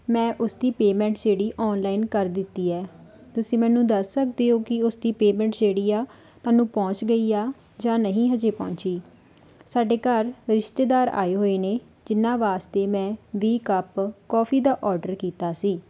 ਮੈਂ ਉਸਦੀ ਪੇਮੈਂਟ ਜਿਹੜੀ ਔਨਲਾਈਨ ਕਰ ਦਿੱਤੀ ਹੈ ਤੁਸੀਂ ਮੈਨੂੰ ਦੱਸ ਸਕਦੇ ਹੋ ਕਿ ਉਸਦੀ ਪੇਮੈਂਟ ਜਿਹੜੀ ਆ ਤੁਹਾਨੂੰ ਪਹੁੰਚ ਗਈ ਆ ਜਾਂ ਨਹੀਂ ਹਜੇ ਪਹੁੰਚੀ ਸਾਡੇ ਘਰ ਰਿਸ਼ਤੇਦਾਰ ਆਏ ਹੋਏ ਨੇ ਜਿਨ੍ਹਾਂ ਵਾਸਤੇ ਮੈਂ ਵੀਹ ਕੱਪ ਕੌਫੀ ਦਾ ਔਡਰ ਕੀਤਾ ਸੀ